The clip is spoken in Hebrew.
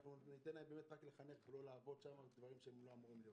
ניתן להם לחנך ולא לעבוד בדברים שהם לא אמורים להיות.